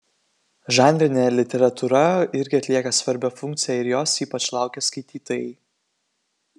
žanrinė literatūra irgi atlieka svarbią funkciją ir jos ypač laukia skaitytojai